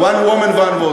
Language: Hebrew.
one woman, one vote.